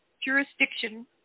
jurisdiction